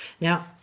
Now